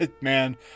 Man